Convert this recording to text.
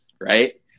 right